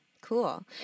Cool